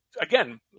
again